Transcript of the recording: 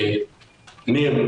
ניר,